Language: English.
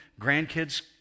grandkids